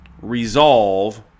resolve